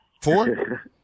Four